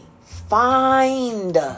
Find